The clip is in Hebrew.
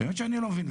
אני באמת לא מבין.